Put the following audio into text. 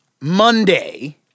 Monday